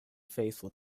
faithful